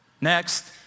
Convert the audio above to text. Next